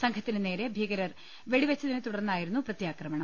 സംഘത്തിനു നേരെ ഭീകരർ വെടിവെച്ചതിനെ തുടർന്നായിരുന്നു പ്രത്യാക്രമണം